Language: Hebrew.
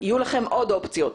יהיו לכם עוד אופציות.